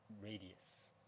radius